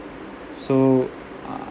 so uh